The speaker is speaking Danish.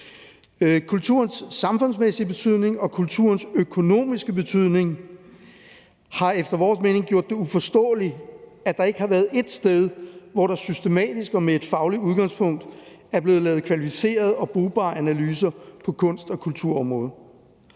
Kulturens samfundsmæssige betydning og kulturens økonomiske betydning gør det efter vores mening uforståeligt, at der ikke har været ét sted, hvor der systematisk og med et fagligt udgangspunkt er blevet lavet kvalificerede og brugbare analyser på kunst- og kulturområdet.